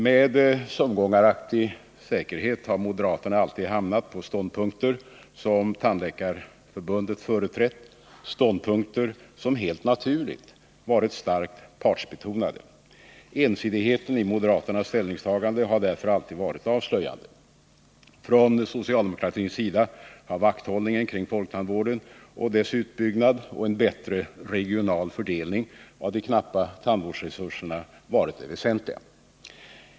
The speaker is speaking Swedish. Med sömngångaraktig säkerhet har moderaterna alltid hamnat på ståndpunkter som Tandläkarförbundet företrätt — ståndpunkter som helt naturligt varit starkt partsbetonade. Ensidigheten i moderaternas ställningstaganden har därför alltid varit avslöjande. Från socialdemokratins sida har vakthållningen kring folktandvården och dess utbyggnad och en bättre regional fördelning av de knappa tandvårdsresurserna varit det väsentliga.